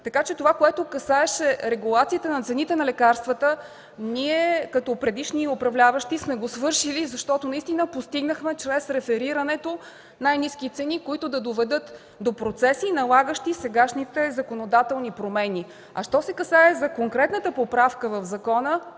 така че това, което касаеше регулациите на цените на лекарствата, ние, като предишни управляващи, сме го свършили, защото наистина постигнахме чрез реферирането най-ниски цени, които да доведат до процеси, налагащи сегашните законодателни промени. Що се касае за конкретната поправка в закона,